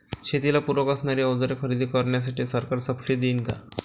शेतीला पूरक असणारी अवजारे खरेदी करण्यासाठी सरकार सब्सिडी देईन का?